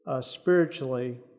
spiritually